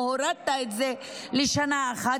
או שהורדת את זה לשנה אחת,